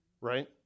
right